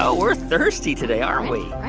ah we're thirsty today, aren't we?